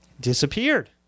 disappeared